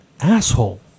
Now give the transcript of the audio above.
asshole